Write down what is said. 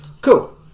Cool